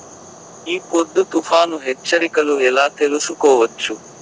ఈ పొద్దు తుఫాను హెచ్చరికలు ఎలా తెలుసుకోవచ్చు?